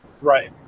Right